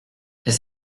est